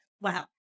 wow